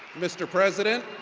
mr. president.